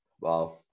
wow